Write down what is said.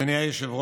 49),